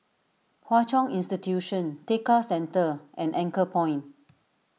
Hwa Chong Institution Tekka Centre and Anchorpoint